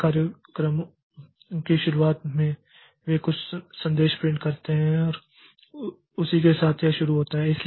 कई कार्यक्रमों की शुरुआत में वे कुछ संदेश प्रिंट करते हैं और उसी के साथ यह शुरू होता है